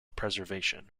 preservation